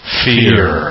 fear